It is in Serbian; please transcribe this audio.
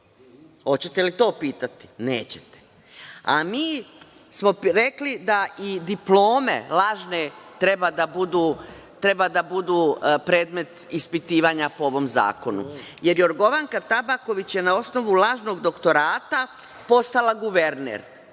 Hoćete li to pitati? Nećete. Mi smo rekli da i diplome lažne treba da budu predmet ispitivanja po ovom zakonu, jer Jorgovanka Tabaković je na osnovu lažnog doktorata postala guverner